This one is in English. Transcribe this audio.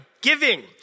giving